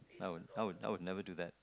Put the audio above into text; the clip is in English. I would I would I would never do that